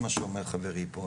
כפי שאמרה הגברת טל מדר קודם,